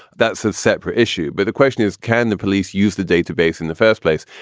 that's a separate issue. but the question is, can the police use the database in the first place?